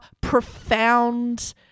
profound